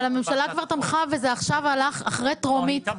אבל הממשלה כבר תמכה וזה עכשיו אחרי טרומית.